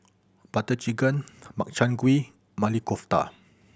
Butter Chicken Makchang Gui Maili Kofta